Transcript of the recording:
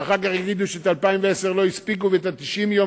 ואחר כך יגידו שב-2010 לא הספיקו ו-90 היום